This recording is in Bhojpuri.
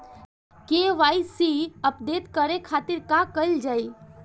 के.वाइ.सी अपडेट करे के खातिर का कइल जाइ?